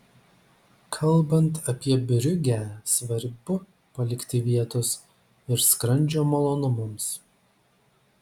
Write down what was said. kalbant apie briugę svarbu palikti vietos ir skrandžio malonumams